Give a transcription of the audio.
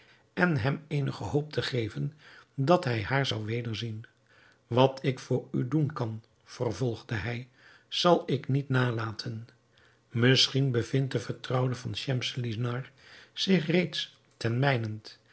en hem eenige hoop te geven dat hij haar zou wederzien wat ik voor u doen kan vervolgde hij zal ik niet nalaten misschien bevindt de vertrouwde van schemselnihar zich reeds